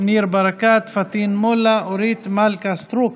ניר ברקת, פטין מולא, אורית מלכה סטרוק,